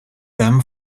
them